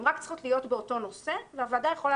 הן רק צריכות להיות באותו נושא והוועדה יכולה